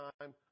time